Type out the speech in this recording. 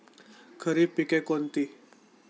खरीप पिके कोणती?